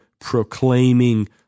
proclaiming